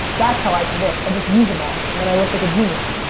that's how i predict, i just use em all, and then i look like a genius.